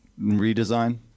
redesign